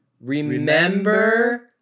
remember